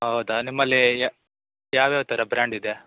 ಹೌದ ನಿಮ್ಮಲ್ಲಿ ಯಾವ್ಯಾವ ಥರ ಬ್ರ್ಯಾಂಡ್ ಇದೆ